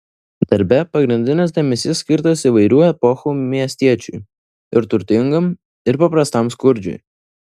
darbe pagrindinis dėmesys skirtas įvairių epochų miestiečiui ir turtingam ir paprastam skurdžiui